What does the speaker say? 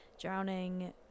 drowning